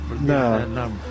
No